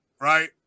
right